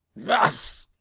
thus,